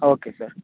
okay sir